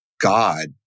God